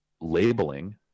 labeling